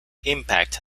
impact